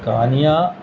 کہانیاں